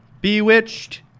Bewitched